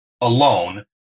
alone